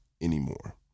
anymore